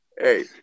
hey